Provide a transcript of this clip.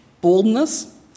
boldness